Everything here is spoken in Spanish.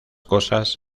cosas